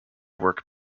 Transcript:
work